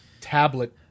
tablet